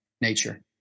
nature